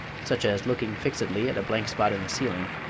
such as looking fixedly at a blank spot in the ceiling,